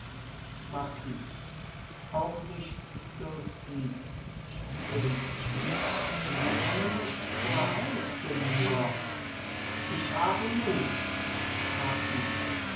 marquis auch nicht durch sie königin sie kennen mich zur hälfte nur ich habe mut